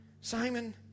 Simon